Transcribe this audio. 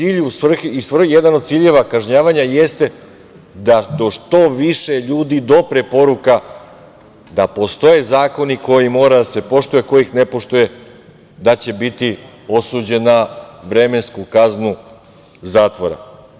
I je jedan od ciljeva kažnjavanja jeste da do što više ljudi dopre poruka da postoje zakoni koji moraju da se poštuje, a ko ih ne poštuje, da će biti osuđen na vremensku kaznu zatvora.